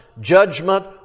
judgment